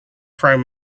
prime